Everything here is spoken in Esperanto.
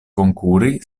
konkuri